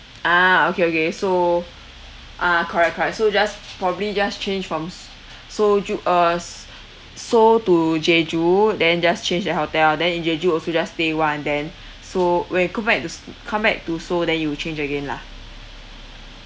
ah okay okay so ah correct correct so just probably just change from s~ soju~ uh s~ seoul to jeju then just change that hotel then in jeju okay then just stay one then so when you go back to s~ come back to seoul then you will change again lah